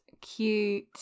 cute